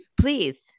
Please